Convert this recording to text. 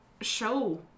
show